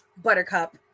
Buttercup